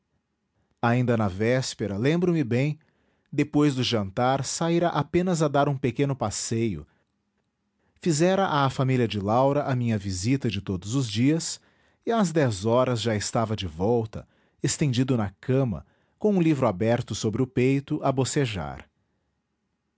ainda na véspera lembro-me bem depois do jantar saíra apenas a dar um pequeno passeio fizera à família de laura a minha visita de todos os dias e às dez horas já estava de volta estendido na cama com um livro aberto sobre o peito a bocejar